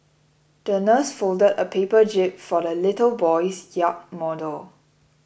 the nurse folded a paper jib for the little boy's yacht model